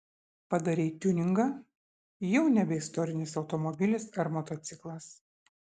padarei tiuningą jau nebe istorinis automobilis ar motociklas